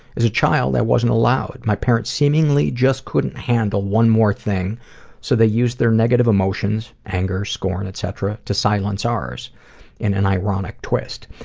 as a child i wasn't allowed. my parents seemingly just couldn't handle one more thing so they used their negative emotions anger, scorn etc. to silence ours in an ironic twist.